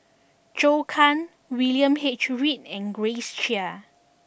Zhou Can William H Read and Grace Chia